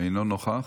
אינו נוכח,